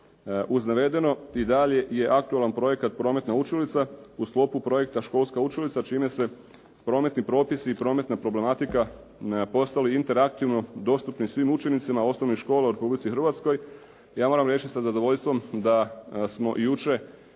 Uz navedeno, i dalje je aktualan projekt "Prometna učilica" u sklopu projekta "Školska učilica" čime su prometni propisi i prometna problematika postali interaktivno dostupni svim učenicima osnovnih škola u Republici Hrvatskoj. Ja moram reći sa zadovoljstvom da smo jučer